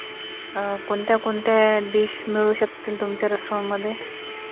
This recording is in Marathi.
कोणत्या कोणत्या डिश मिळू शकतील तुमच्या रेस्टॉरंटमधे